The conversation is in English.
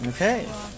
Okay